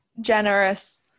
generous